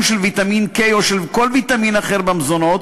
של ויטמין K או של כל ויטמין אחר במזונות,